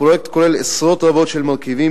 הפרויקט כולל עשרות רבות של מרכיבים,